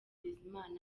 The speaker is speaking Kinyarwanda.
bizimana